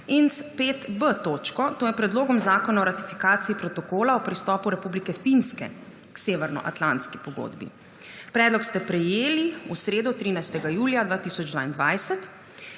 in s 5b točko, to je Predlogom zakona o ratifikaciji Protokola o pristopu Republike Finske k Severnoatlantski pogodbi. Predlog ste prejeli v sredo, 13. julija 2022.